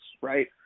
right